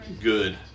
good